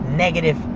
negative